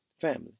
Family